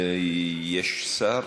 יש שר?